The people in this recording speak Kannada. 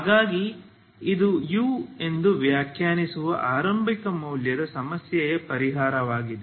ಹಾಗಾಗಿ ಇದು u ಎಂದು ವ್ಯಾಖ್ಯಾನಿಸುವ ಆರಂಭಿಕ ಮೌಲ್ಯದ ಸಮಸ್ಯೆಯ ಪರಿಹಾರವಾಗಿದೆ